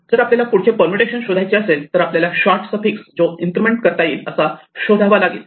जर आपल्याला पुढचे परमुटेशन शोधायचे असेल तर आपल्याला शॉर्ट सफिक्स जो इन्क्रिमेंट करता येईल असा शोधावा लागेल